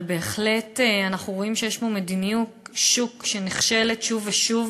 אבל בהחלט אנחנו רואים שיש פה מדיניות שוק שנכשלת שוב ושוב,